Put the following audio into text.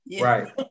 Right